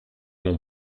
mon